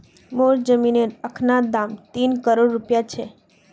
मोर जमीनेर अखना दाम तीन करोड़ रूपया छ